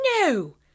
No